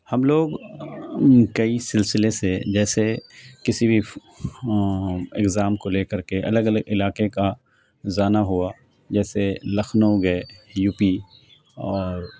ہم لوگ کئی سلسلے سے جیسے کسی بھی اگزام کو لے کر کے الگ الگ علاقے کا جانا ہوا جیسے لکھنؤ گئے یو پی اور